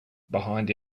behind